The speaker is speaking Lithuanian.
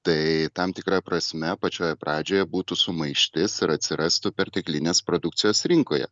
tai tam tikra prasme pačioje pradžioje būtų sumaištis ir atsirastų perteklinės produkcijos rinkoje